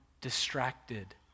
distracted